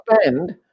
spend